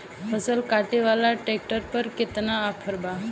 फसल काटे वाला ट्रैक्टर पर केतना ऑफर बा?